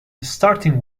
starting